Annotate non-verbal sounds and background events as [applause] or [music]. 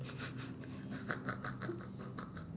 [breath] [laughs]